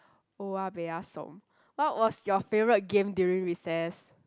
oya-beh-ya-som what was your favourite game during recess